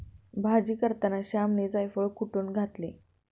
भाजी करताना श्यामने जायफळ कुटुन घातले